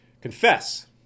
Confess